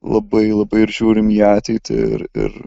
labai labai ir žiūrim į ateitį ir ir